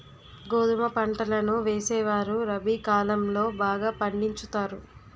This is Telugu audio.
గోధుమ పంటలను వేసేవారు రబి కాలం లో బాగా పండించుతారు